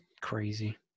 crazy